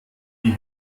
die